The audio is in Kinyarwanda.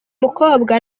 mukobwa